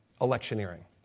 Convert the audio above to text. electioneering